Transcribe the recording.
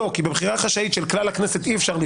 בבחירה חשאית של כלל הכנסת אי אפשר לפתור.